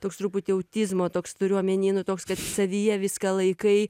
toks truputį autizmo toks turiu omeny nu toks kad savyje viską laikai